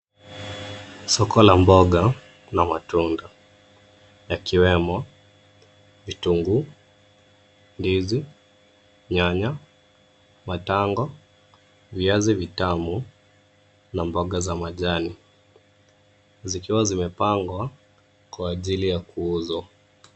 Soko la mboga na matunda yakiwemo vitunguu ,ndizi ,nyanya ,matango, viazi vitamu na mboga za majani zikiwa zimepangwa kwa ajili ya kuuza.